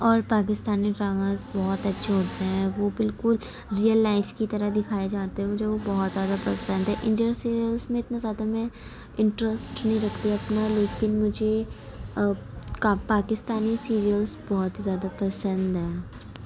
اور پاکستانی ڈراماز بہت اچھے ہوتے ہیں وہ بالکل ریئل لائف کی طرح دکھائے جاتے ہیں مجھے وہ بہت زیادہ پسند ہے اس میں اتنا زیادہ میں انٹرسٹ نہیں رکھتی اتنا لیکن مجھے کا پاکستانی سیریلس بہت ہی زیادہ پسند ہیں